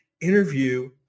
interview